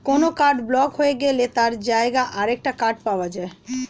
কোনো card block হয়ে গেলে তার জায়গায় আরেকটা কার্ড পাওয়া যায়